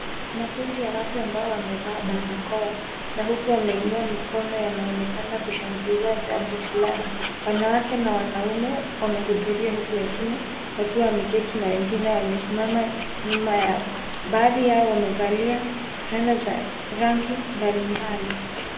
Makundi ya watu ambao wamevaa barakoa na huku wameinua mikono yanaonekana kushangilia jambo fulani. Wanawake na wanaume wamehudhuria huku wengine wakiwa wameketi na wengine wamesimama nyuma yao. Baadhi yao wamevalia fulana za rangi mbalimbali.